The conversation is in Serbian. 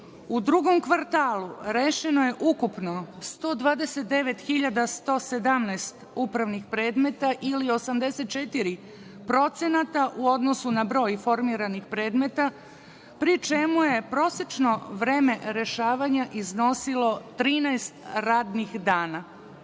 U drugom kvartalu, rešeno je ukupno 129.117 upravnih predmeta ili 84% u odnosu na broj formiranih predmeta, pri čemu je prosečno vreme rešavanja iznosilo 13 radnih dana. Od